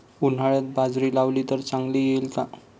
उन्हाळ्यात बाजरी लावली तर चांगली येईल का?